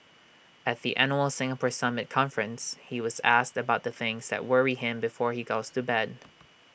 at the annual Singapore summit conference he was asked about the things that worry him before he goes to bed